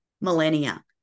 millennia